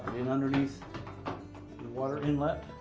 in underneath the water inlet,